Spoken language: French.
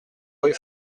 rue